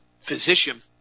physician